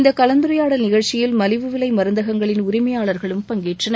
இந்த கலந்துரையாடல் நிகழ்ச்சியில் மலிவு விலை மருந்தகங்களின் உரிமையாளர்களும் பங்கேற்றனர்